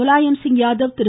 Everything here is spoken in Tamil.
முலாயம்சிங் யாதவ் திரு